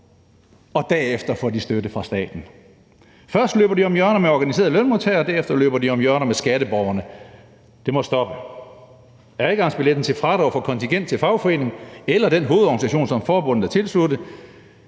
og derefter får de støtte fra staten. Først løber de om hjørner med organiserede lønmodtagere, og derefter løber de om hjørner med skatteborgerne. Det må stoppe. Adgangsbilletten til fradrag for kontingent til fagforeningen eller den hovedorganisation, som forbundet er tilsluttet,